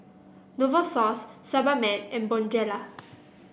Novosource Sebamed and Bonjela